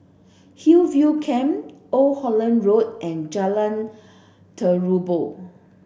Hillview Camp Old Holland Road and Jalan Terubok